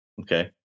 Okay